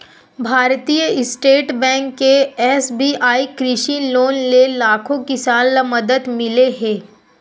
भारतीय state bank के SBI कृषि लोन ले लाखो किसान ल मदद मिले हे